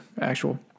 actual